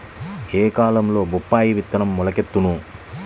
ఏ కాలంలో బొప్పాయి విత్తనం మొలకెత్తును?